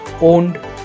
owned